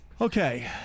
Okay